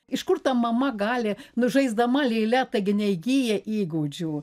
iš kur ta mama gali nu žaizdama lėle taigi neįgyja įgūdžių